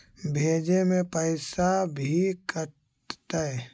भेजे में पैसा भी कटतै?